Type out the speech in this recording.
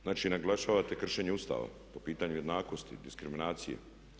Znači, naglašavate kršenje Ustava po pitanju jednakosti, diskriminacije.